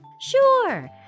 Sure